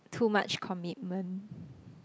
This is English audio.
too much commitment